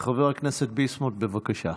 חבר הכנסת ביסמוט, בבקשה.